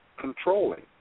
controlling